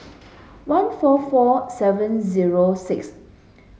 one four four seven zero six